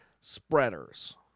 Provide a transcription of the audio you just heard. spreaders